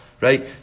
Right